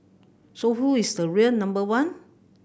so who is the real number one